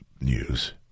news